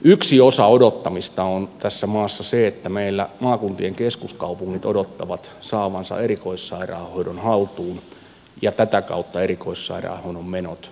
yksi osa odottamista on tässä maassa se että meillä maakuntien keskuskaupungit odottavat saavansa erikoissairaanhoidon haltuun ja tätä kautta erikoissairaanhoidon menot kuriin